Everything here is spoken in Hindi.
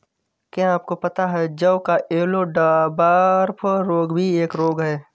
क्या आपको पता है जौ का येल्लो डवार्फ रोग भी एक रोग है?